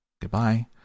Goodbye